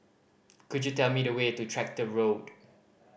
could you tell me the way to Tractor Road